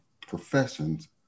professions